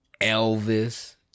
Elvis